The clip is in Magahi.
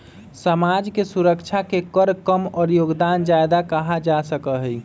समाज के सुरक्षा के कर कम और योगदान ज्यादा कहा जा सका हई